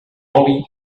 oli